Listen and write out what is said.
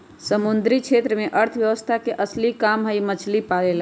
समुद्री क्षेत्र में अर्थव्यवस्था के असली काम हई मछली पालेला